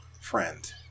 friend